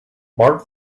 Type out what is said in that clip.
mark